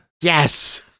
Yes